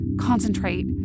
Concentrate